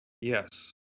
Yes